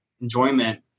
enjoyment